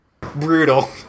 Brutal